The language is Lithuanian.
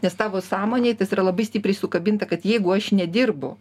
nes tavo sąmonėj tas yra labai stipriai sukabinta kad jeigu aš nedirbu